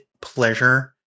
pleasure